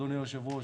אדוני היושב-ראש,